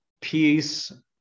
peace